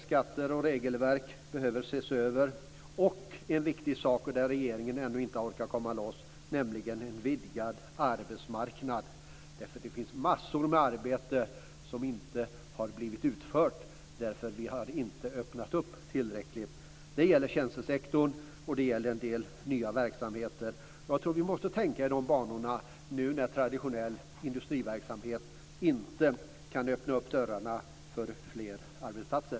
Skatter och regelverk behöver ses över, och - en viktig sak där regeringen ännu inte har orkat komma loss - det behövs en vidgad arbetsmarknad. Det finns massor med arbete som inte blir utfört därför att vi inte har öppnat upp tillräckligt. Det gäller tjänstesektorn, och det gäller en del nya verksamheter. Jag tror att vi måste tänka i de banorna nu när traditionell industriverksamhet inte kan öppna dörrarna för fler arbetsplatser.